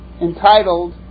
entitled